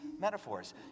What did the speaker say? metaphors